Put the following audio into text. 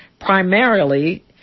Primarily